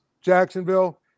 Jacksonville